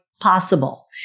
possible